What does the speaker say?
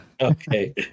okay